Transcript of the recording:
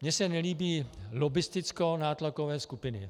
Mně se nelíbí lobbistickonátlakové skupiny.